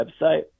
website